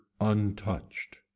untouched